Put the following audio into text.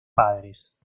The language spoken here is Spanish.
padres